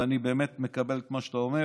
ואני באמת מקבל את מה שאתה אומר